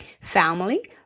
family